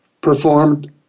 performed